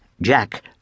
Jack